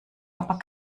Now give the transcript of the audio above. aber